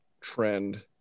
trend